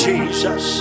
Jesus